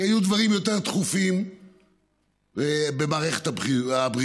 כי היו דברים יותר דחופים במערכת הבריאות,